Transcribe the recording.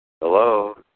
Hello